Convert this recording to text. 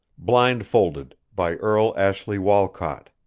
blindfolded by earle ashley walcott